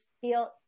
feel